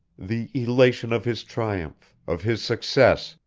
the elation of his triumph, of his success,